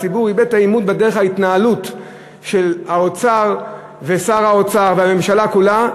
הציבור איבד את האמון בדרך ההתנהלות של האוצר ושר האוצר והממשלה כולה.